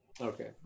Okay